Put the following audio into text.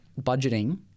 budgeting